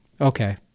Okay